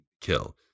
kill